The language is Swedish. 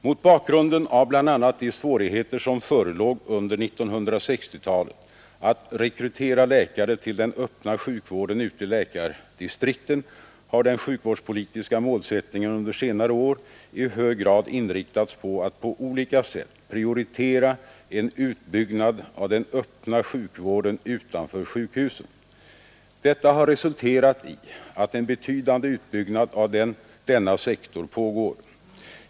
Mot bakgrunden av bl.a. de svårigheter som förelåg under 1960-talet att rekrytera läkare till den öppna sjukvården ute i läkardistrikten har den sjukvårdspolitiska målsättningen under senare år i hög grad inriktats på att på olika sätt prioritera en utbyggnad av den öppna sjukvården utanför sjukhusen. Detta har resulterat i att en betydande utbyggnad av denna sektor pågår.